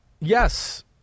Yes